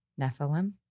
Nephilim